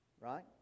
right